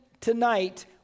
tonight